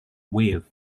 wave